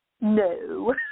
No